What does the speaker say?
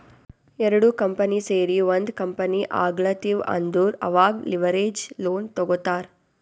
ಎರಡು ಕಂಪನಿ ಸೇರಿ ಒಂದ್ ಕಂಪನಿ ಆಗ್ಲತಿವ್ ಅಂದುರ್ ಅವಾಗ್ ಲಿವರೇಜ್ ಲೋನ್ ತಗೋತ್ತಾರ್